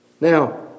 Now